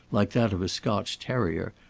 like that of a scotch terrier,